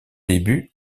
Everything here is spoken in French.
débuts